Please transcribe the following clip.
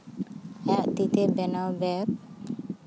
ᱟᱭᱟᱜ ᱛᱤᱛᱮ ᱵᱮᱱᱟᱣ ᱵᱮᱜᱽ